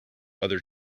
other